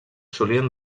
solien